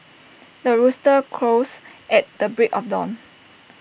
the rooster crows at the break of dawn